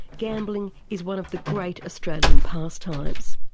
gambling is one of the great australian pastimes.